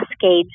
cascade